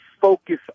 focus